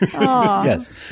Yes